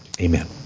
Amen